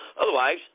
Otherwise